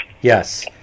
Yes